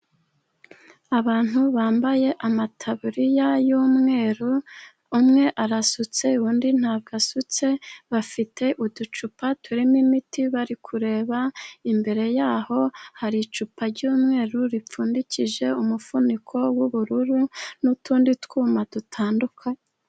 Abantu bambaye amataburiya y'umweru , umwe arasutse , undi ntabwo asutse . Bafite uducupa turimo imiti , bari kureba imbere yaho hari icupa ry'umweru ripfundikije umufuniko w'ubururu , n'utundi twuma dutandukanye.